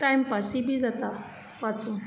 time पासय बी जाता वाचून